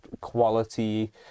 quality